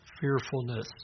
fearfulness